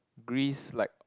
Greece like